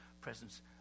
presence